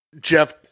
jeff